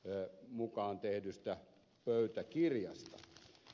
työ mukaan tehdystä pöytäkirjasta